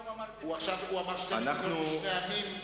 הוא אמר שתי מדינות לשני עמים.